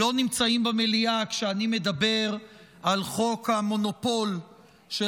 לא נמצאים במליאה כשאני מדבר על חוק המונופול של